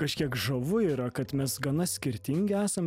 kažkiek žavu yra kad mes gana skirtingi esam